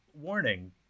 warning